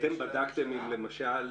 אתם בדקתם אם למשל